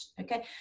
Okay